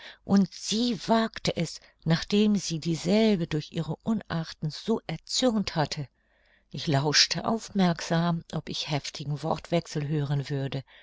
und sie wagte es nachdem sie dieselbe durch ihre unarten so erzürnt hatte ich lauschte aufmerksam ob ich heftigen wortwechsel hören würde